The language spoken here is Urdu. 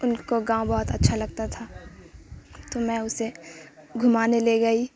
ان کو گاؤں بہت اچھا لگتا تھا تو میں اسے گھمانے لے گئی